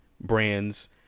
brands